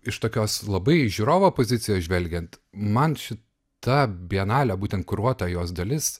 iš tokios labai žiūrovo pozicijos žvelgiant man šita bienalė būtent kuruota jos dalis